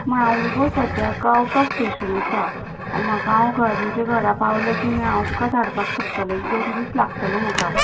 हांव मुगो सध्याक आउट ऑफ स्टॅशन आसां म्हाका हांव म्हणजे घरा पावलें की मागीर हांव तुका धाडपाक शकतलें एक दोन दीस लागतले म्हाका